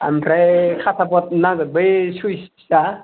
ओमफ्राय खाफा बर्द नांगोन बै सुइसआ